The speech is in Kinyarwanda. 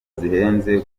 zihenze